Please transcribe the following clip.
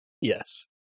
Yes